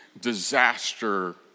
disaster